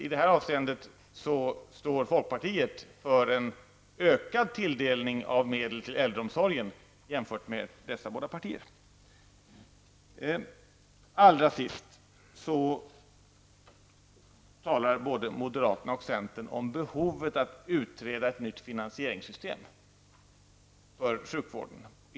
I det här ärendet står folkpartiet för en ökad tilldelning av medel till äldreomsorgen, jämfört med dessa båda partier. Allra sist: Både moderaterna och centern talar om behovet att utreda ett nytt finansieringssystem för sjukvården.